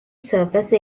surface